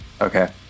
Okay